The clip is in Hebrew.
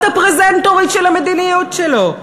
להיות הפרזנטורית של המדיניות שלו.